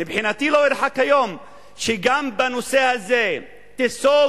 מבחינתי לא ירחק היום שגם בנושא הזה תיסוג